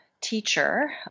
teacher